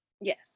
yes